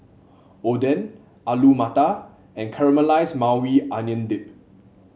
Oden Alu Matar and Caramelized Maui Onion Dip